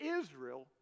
Israel